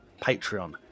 Patreon